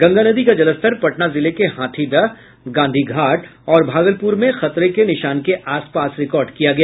गंगा नदी का जलस्तर पटना जिले के हाथीदह गांधी घाट और भागलपुर में खतरे के निशान के आसपास रिकार्ड किया गया